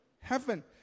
heaven